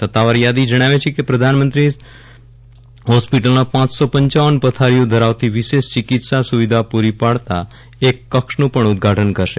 સત્તાવાર યાદિ જજ્ઞાવે છે કે પ્રધાનમંત્રી સફદરજંગ હોસ્પીટલમાં પપ પથારીઓ ધરાવતી વિશેષ ચિકિત્સા સુવિધા પૂરી પાડતા એક કક્ષનું પક્ષ ઉદઘાટન કરશે